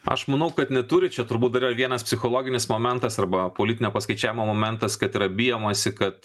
aš manau kad neturi čia turbūt dar yra vienas psichologinis momentas arba politinio paskaičiavimo momentas kad yra bijomasi kad